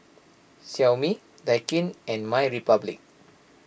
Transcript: Xiaomi Daikin and MyRepublic